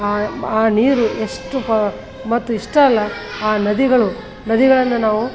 ಆ ಆ ನೀರು ಎಷ್ಟು ಪ ಮತ್ತು ಇಷ್ಟೇ ಅಲ್ಲ ಆ ನದಿಗಳು ನದಿಗಳಿಂದ ನಾವು